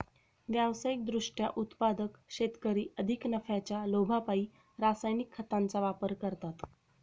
व्यावसायिक दृष्ट्या उत्पादक शेतकरी अधिक नफ्याच्या लोभापायी रासायनिक खतांचा वापर करतात